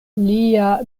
lia